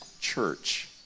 church